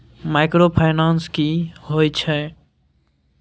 Microfinance की होय छै?